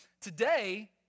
today